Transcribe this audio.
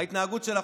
ההתנהגות שלה,